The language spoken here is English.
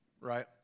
Right